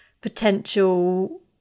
potential